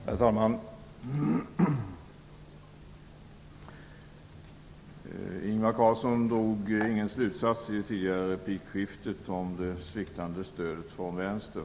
Herr talman! Ingvar Carlsson drog ingen slutsats under det tidigare replikskiftet om det sviktande stödet från vänster.